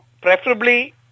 preferably